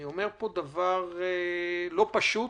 אני אומר פה דבר לא פשוט,